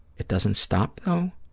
it doesn't stop, though?